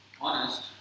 honest